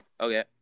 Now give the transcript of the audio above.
Okay